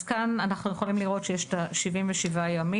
אז כאן אנחנו יכולים לראות שיש 77 ימים.